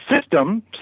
system